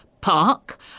park